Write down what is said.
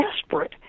desperate